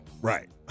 Right